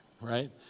right